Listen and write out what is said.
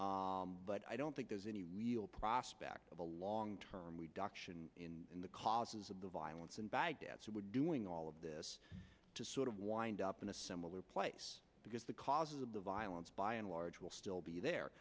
but i don't think there's any real prospect of a long term we dock in the causes of the violence in baghdad so we're doing all of this to sort of wind up in a similar place because because of the violence by and large will still be there